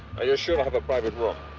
are you sure i'll have a private room?